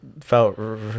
felt